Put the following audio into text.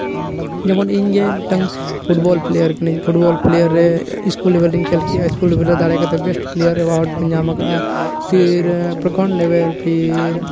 ᱡᱮᱢᱚᱱ ᱤᱧ ᱜᱮ ᱢᱤᱫᱴᱟᱝ ᱯᱷᱩᱴᱵᱚᱞ ᱯᱞᱮᱭᱟᱨ ᱠᱟᱹᱱᱟᱹᱧ ᱯᱷᱩᱴᱵᱚᱞ ᱨᱮ ᱤᱥᱠᱩᱞ ᱞᱮᱹᱵᱮᱹᱞ ᱨᱮᱧ ᱠᱷᱮᱹᱞ ᱠᱮᱫᱼᱟ ᱤᱥᱠᱩᱞ ᱞᱮᱹᱵᱮᱹᱞ ᱨᱮ ᱫᱟᱲᱮ ᱠᱟᱛᱮᱫ ᱵᱮᱹᱥᱴ ᱯᱞᱮᱹᱭᱟᱨ ᱚᱣᱟᱨᱰ ᱠᱚᱧ ᱧᱟᱢ ᱟᱠᱟᱜᱼᱟ ᱯᱷᱤᱨ ᱯᱨᱚᱠᱷᱚᱸᱰ ᱞᱮᱵᱮᱞ ᱯᱷᱤᱨ